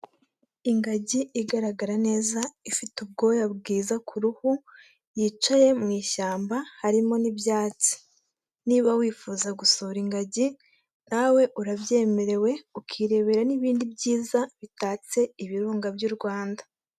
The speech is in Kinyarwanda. Ingagi igaragara neza ifite ubwoya bwiza ku ruhu yicaye mu ishyamba harimo n'ibyatsi, niba wifuza gusohora ingagi nawe urabyemerewe ukirebera n'ibindi byiza bitatse ibirunga by'u Rwanda.